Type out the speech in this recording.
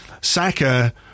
Saka